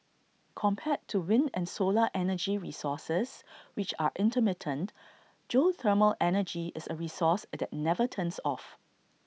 compared to wind and solar energy resources which are intermittent geothermal energy is A resource that never turns off